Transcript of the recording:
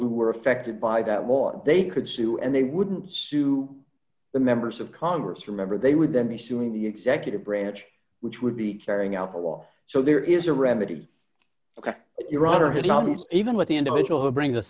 who were affected by that law they could sue and they wouldn't sue the members of congress remember they would then be suing the executive branch which would be carrying out the law so there is a remedy your honor even with the individual who brings